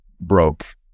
broke